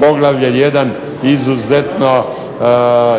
Poglavlje 1.